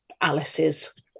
Alice's